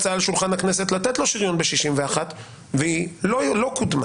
עלתה הצעה על שולחן הכנסת לתת לו שריון ב-61 והיא לא קודמה.